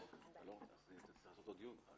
צריך לערוך על זה דיון.